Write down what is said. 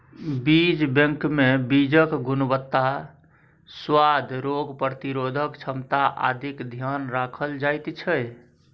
बीज बैंकमे बीजक गुणवत्ता, सुआद, रोग प्रतिरोधक क्षमता आदिक ध्यान राखल जाइत छै